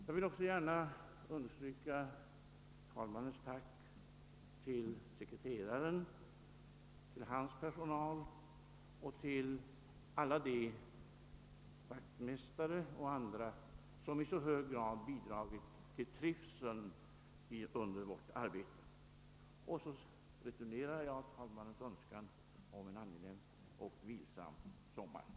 Jag vill också gärna understryka herr talmannens tack till sekreteraren, till dennes personal och till alla de vaktmästare och andra som i så hög grad bidragit till trivseln under vårt arbete. Dessutom returnerar jag herr talmannens önskan om en angenäm och vilsam sommar.